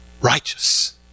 righteous